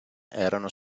erano